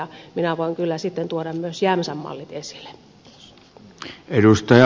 minä voin kyllä sitten tuoda myös jämsän mallit esille